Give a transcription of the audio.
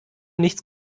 nichts